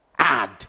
Add